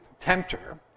tempter